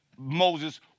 Moses